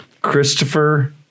Christopher